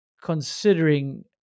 considering